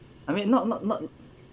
I mean not not not